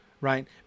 right